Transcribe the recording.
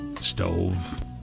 stove